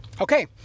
Okay